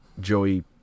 Joey